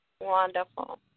Wonderful